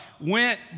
went